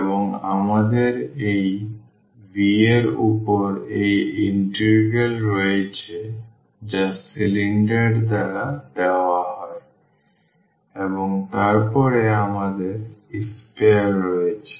এবং আমাদের এই V এর উপর এই ইন্টিগ্রাল রয়েছে যা সিলিন্ডার দ্বারা দেওয়া হয় এবং তারপরে আমাদের sphere রয়েছে